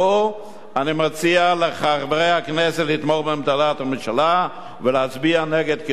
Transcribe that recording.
אני מציע לחברי הכנסת לתמוך בעמדת הממשלה ולהצביע נגד קידום הצעת החוק.